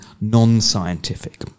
non-scientific